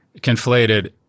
conflated